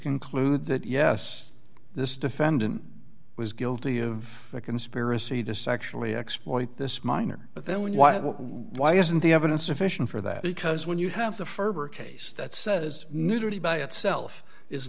conclude that yes this defendant was guilty of conspiracy to sexually exploit this minor but then why why isn't the evidence sufficient for that because when you have the ferber case that says nudity by itself is